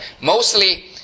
Mostly